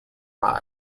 lys